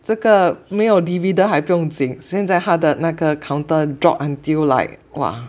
这个没有 dividend 还不用紧现在他的那个 counter drop until like !wah!